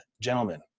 Gentlemen